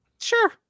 sure